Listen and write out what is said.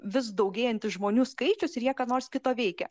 vis daugėjantis žmonių skaičius ir jie ką nors kito veikia